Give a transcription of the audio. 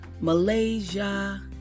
Malaysia